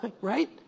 Right